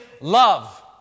love